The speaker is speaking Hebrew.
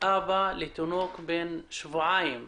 אבא לתינוק בן שבועיים.